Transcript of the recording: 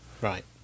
Right